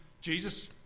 Jesus